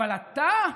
אבל אתה?